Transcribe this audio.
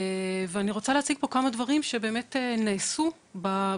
ואני רוצה להציג פה כמה דברים שנעשו ועדיין